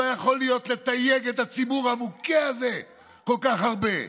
לא יכול להיות שיתייגו את הציבור המוכה הזה כל כך הרבה,